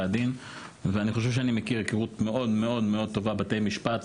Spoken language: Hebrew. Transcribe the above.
הדין ואני חושב שאני מכיר היכרות מאוד מאוד מאוד טובה בתי משפט,